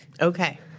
Okay